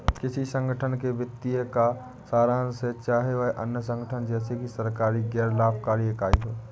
किसी संगठन के वित्तीय का सारांश है चाहे वह अन्य संगठन जैसे कि सरकारी गैर लाभकारी इकाई हो